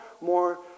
more